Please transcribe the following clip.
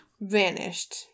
Vanished